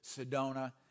Sedona